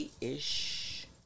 ish